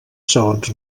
segons